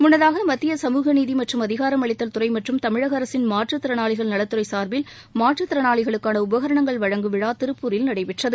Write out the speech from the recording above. முன்னதாக மத்திய சமூகநீதி மற்றும் அதிகாரமளித்தல் துறை மற்றும் தமிழக அரசின் மாற்றுத்திறனாளிகள் நலத்துறை சார்பில் மாற்றுத் திறனாளிகளுக்கான உபகரணங்கள் வழங்கும் விழா திருப்பூரில் நடைபெற்றது